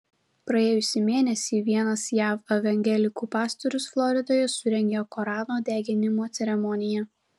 praėjusį mėnesį vienas jav evangelikų pastorius floridoje surengė korano deginimo ceremoniją